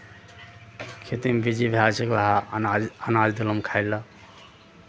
खेतीमे बिजी भए जाइ छियै ओकरा अनाज अनाज देलहुँ खाय लए